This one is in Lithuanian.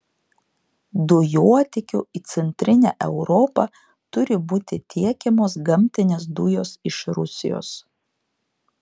dujotiekiu į centrinę europą turi būti tiekiamos gamtinės dujos iš rusijos